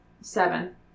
Seven